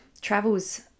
travels